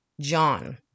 John